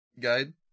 guide